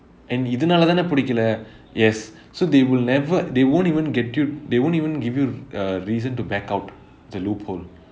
and இதுனாலேதானே பிடிக்கலை:ithunaaleithaanai pidikkalai yes so they will never they won't even get you they won't even give you a reason to back out the loophole